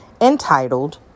entitled